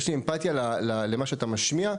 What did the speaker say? יש לי אמפתיה למה שאתה משמיע.